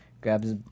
grabs